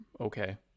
Okay